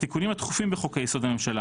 התיקונים התכופים בחוק יסוד: הממשלה